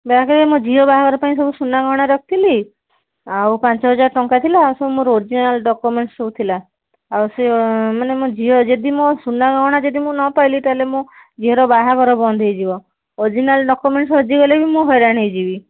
ବ୍ୟାଗ୍ରେ ମୋ ଝିଅ ବାହାଘର ପାଇଁ ସବୁ ସୁନା ଗହଣା ରଖିଥିଲି ଆଉ ପାଞ୍ଚ ହଜାର ଟଙ୍କା ଥିଲା ଆଉ ସବୁ ମୋର ଅରିଜିନାଲ୍ ଡକ୍ୟୁମେଣ୍ଟସ୍ ସବୁ ଥିଲା ଆଉ ସେ ମାନେ ମୋ ଝିଅ ଯଦି ମୋ ସୁନା ଗହଣା ଯଦି ମୁଁ ନ ପାଇଲି ତା'ହେଲେ ମୋ ଝିଅର ବାହାଘର ବନ୍ଦ ହେଇଯିବ ଅରିଜିନାଲ ଡକ୍ୟୁମେଣ୍ଟସ୍ ହଜିଗଲେ ବି ମୁଁ ହଇରାଣ ହେଇଯିବି